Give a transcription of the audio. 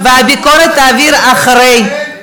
את הביקורת תעביר אחרי.